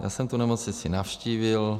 Já jsem tu nemocnici navštívil.